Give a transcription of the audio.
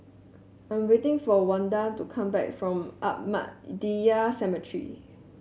I'm waiting for Wanda to come back from Ahmadiyya Cemetery